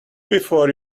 before